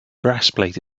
breastplate